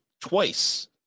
twice